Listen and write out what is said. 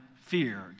feared